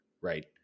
right